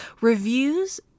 reviews